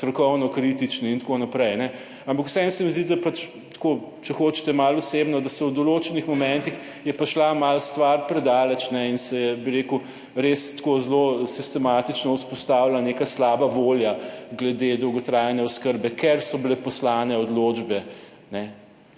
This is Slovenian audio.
strokovno kritični in tako naprej, ampak vseeno se mi zdi, da pač tako, če hočete malo osebno, da se, v določenih momentih je pa šla malo stvar predaleč in se je, bi rekel, res tako zelo sistematično vzpostavila neka slaba volja glede dolgotrajne oskrbe, ker so bile poslane odločbe,